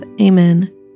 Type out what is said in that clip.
Amen